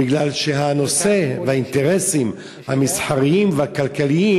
בגלל שהנושא והאינטרסים המסחריים והכלכליים